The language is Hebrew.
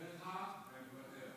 מוותר.